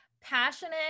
Passionate